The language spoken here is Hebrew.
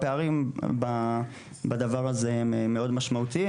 הפערים בדבר הזה הם מאוד משמעותיים,